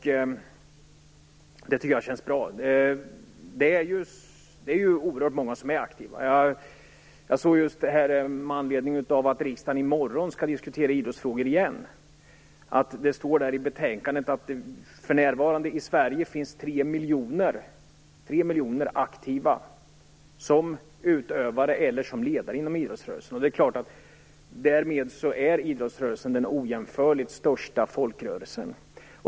Det tycker jag känns bra. Det är oerhört många som är aktiva. Med anledning av att riksdagen i morgon återigen skall diskutera idrottsfrågor såg jag att det står i betänkandet att det för närvarande finns tre miljoner aktiva som utövare eller ledare inom idrottsrörelsen. Därmed är idrottsrörelsen den ojämförligt största folkrörelsen.